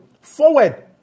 Forward